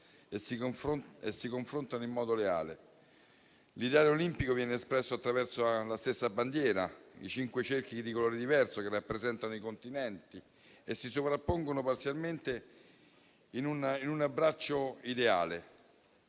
e si confrontano in modo leale. L'ideale olimpico viene espresso attraverso la stessa bandiera, i cinque cerchi di colore diverso che rappresentano i continenti e si sovrappongono parzialmente in un abbraccio ideale;